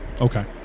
Okay